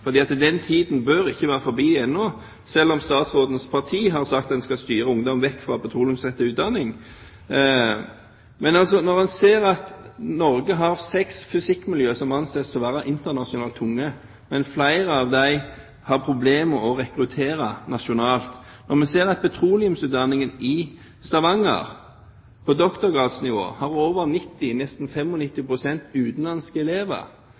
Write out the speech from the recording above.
den tiden bør ikke være forbi ennå, selv om statsrådens parti har sagt at en skal styre ungdom vekk fra petroleumsrettet utdanning. Når en ser at Norge har seks fysikkmiljøer som anses å være internasjonalt tunge, men at flere av dem har problemer med å rekruttere nasjonalt, når vi ser at petroleumsutdanningen i Stavanger på doktorgradsnivå har over 90 pst., nesten 95 pst., utenlandske elever,